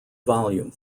volume